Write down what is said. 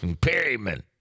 Perryman